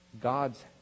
God's